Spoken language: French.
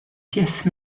pièces